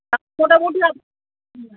মোটামুটি আপ